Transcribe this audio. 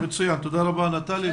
תודה רבה, נטלי.